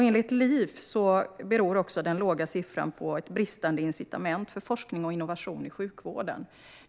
Enligt LIF beror den låga siffran också på bristande incitament för forskning och innovation i sjukvården.